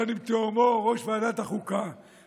יחד עם תאומו ראש ועדת החוקה,